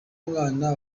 mwana